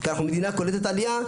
כי זו מדינה קולטת עלייה,